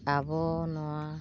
ᱟᱵᱚ ᱱᱚᱣᱟ